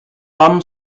tom